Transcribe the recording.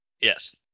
Yes